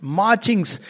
marchings